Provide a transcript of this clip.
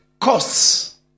costs